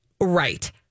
right